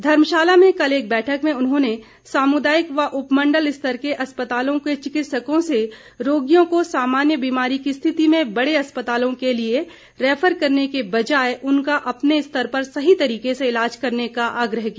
धर्मशाला में कल एक बैठक में उन्होंने सामुदायिक व उपमंडल स्तर के अस्पतालों के चिकित्सकों से रोगियों को सामान्य बीमारी की स्थिति में बड़े अस्पतालों के लिए रैफर करने की बजाय उनका अपने स्तर पर सही तरीके से ईलाज करने का आग्रह किया